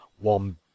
one